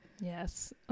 Yes